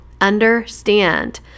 understand